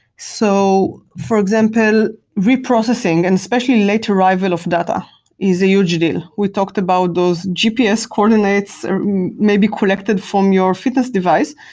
so for example, reprocessing and especially late arrival of data is a huge deal. we talked about those gps coordinates maybe collected from your fitness device,